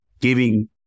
giving